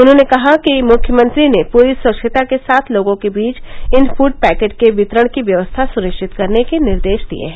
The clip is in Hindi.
उन्होंने कहा कि मुख्यमंत्री ने पूरी स्वच्छता के साथ लोगों के बीच इन फूड पैकेट के वितरण की व्यवस्था सुनिश्चित करने के निर्देश दिए हैं